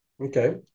Okay